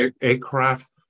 aircraft